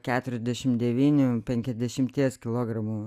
keturiasdešim devynių penkiasdešimties kilogramų